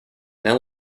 now